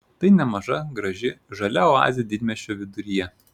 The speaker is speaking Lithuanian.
tai nemaža graži žalia oazė didmiesčio viduryje